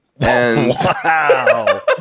wow